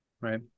Right